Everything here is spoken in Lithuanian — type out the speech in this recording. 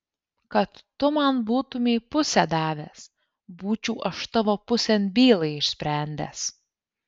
kad tu man būtumei pusę davęs būčiau aš tavo pusėn bylą išsprendęs